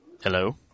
Hello